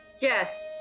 Yes